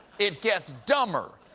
it gets dumber.